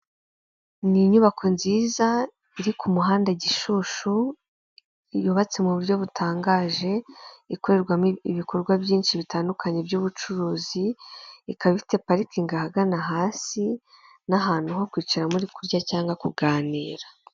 Ubuyobozi bwa leta y'u Rwanda buhora bushishikariza abaturage bayo kuva mu megeka kuko ibi bintu bishyira ubuzima bwabo mu kaga, nyamuneka muhanahane aya makuru aba bantu bave mu manegeka.